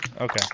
okay